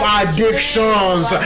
addictions